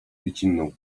dziecinną